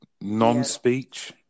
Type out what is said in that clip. non-speech